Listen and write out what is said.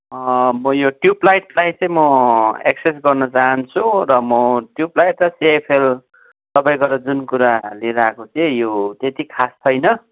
अँ म यो ट्युब लाइटलाई चाहिँ म एक्सचेन्ज गर्न चाहन्छु र म ट्युब लाइट र सिएफएल तपाईँकोबाट जुन कुरा लिएर आएको थिएँ यो त्यति खास छैन